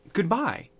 Goodbye